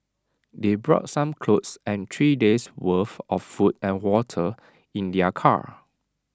they brought some clothes and three days' worth of food and water in their car